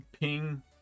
ping